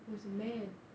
it was a man